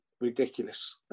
ridiculous